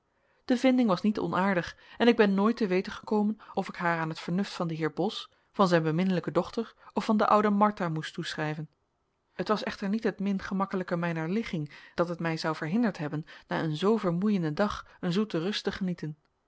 de vinding was niet onaardig en ik ben nooit te weten gekomen of ik haar aan het vernuft van den heer bos van zijn beminnelijke dochter of van de oude martha moest toeschrijven het was echter niet het min gemakkelijke mijner ligging dat mij zou verhinderd hebben na een zoo vermoeienden dag een zoete rust te genieten